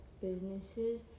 businesses